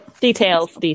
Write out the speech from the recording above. details